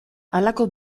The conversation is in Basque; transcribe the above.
halako